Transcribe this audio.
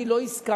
אני לא הסכמתי